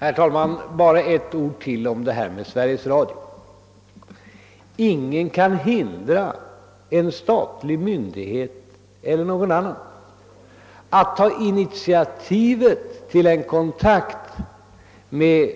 Herr talman! Bara några ytterligare ord beträffande frågan om Sveriges Radios medverkan i detta sammanhang. Ingen kan hindra en statlig myndighet eller någon annan som så önskar att ta initiativ till en kontakt med